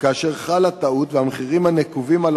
כאשר חלה טעות והמחירים הנקובים על